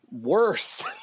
worse